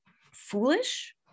foolish